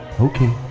Okay